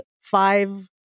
five